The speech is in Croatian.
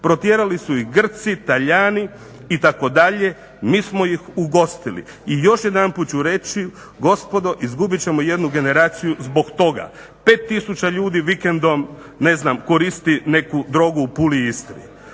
Protjerali su ih Grci, Talijani itd. Mi smo ih ugostili. I još jedanput ću reći gospodo izgubit ćemo jednu generaciju zbog toga. 5000 ljudi vikendom ne znam koristi neku drogu u Puli i Istri.